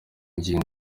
ngingo